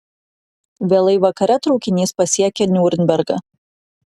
vėlai vakare traukinys pasiekia niurnbergą